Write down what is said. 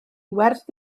werth